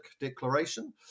declaration